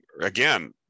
Again